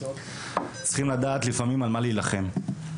צריך לדעת לפעמים על מה להילחם.